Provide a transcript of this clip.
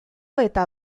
eta